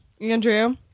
Andrew